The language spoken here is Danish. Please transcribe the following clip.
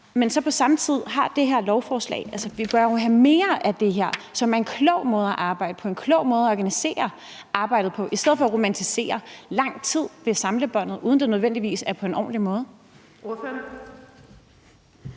den anden side har det her lovforslag? Altså, vi bør jo have mere af det her, som er en klog måde at arbejde på, som er en klog måde at organisere arbejdet på, i stedet for at romantisere det at stå lang tid ved samlebåndet, uden at det nødvendigvis er på en ordentlig måde.